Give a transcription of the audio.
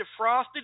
defrosted